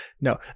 no